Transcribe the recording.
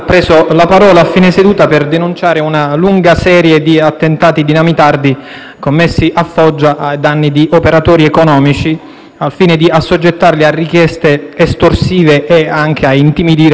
commessi a Foggia a danni di operatori economici, al fine di assoggettarli a richieste estorsive e anche a intimidire la cittadinanza. Questa notte - sono felice di poter dare una bella notizia